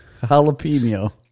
Jalapeno